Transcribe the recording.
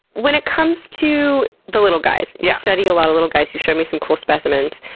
when it comes to the little guys, you study a lot of little guys. you showed me some cool specimens.